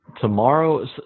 Tomorrow